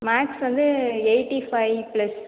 maths வந்து eighty five plus